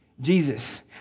Jesus